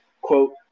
Quote